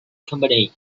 companies